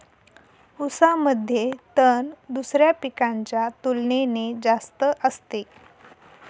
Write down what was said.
ऊसामध्ये तण दुसऱ्या पिकांच्या तुलनेने जास्त असते